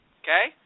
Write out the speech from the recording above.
okay